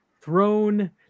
throne